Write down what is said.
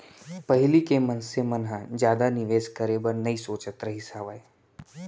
पहिली के मनसे मन ह जादा निवेस करे बर नइ सोचत रहिस हावय